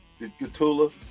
Gatula